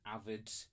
avid